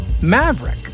Maverick